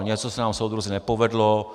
Něco se nám, soudruzi, nepovedlo.